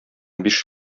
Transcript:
биш